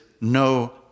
no